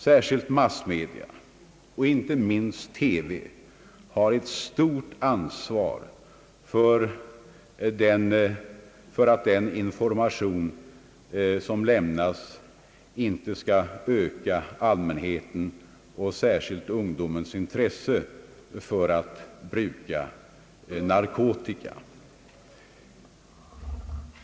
Särskilt massmedia och inte minst TV har ett stort ansvar för att den information som lämnas inte ökar allmänhetens och särskilt ungdomens intresse för att bruka narkotika.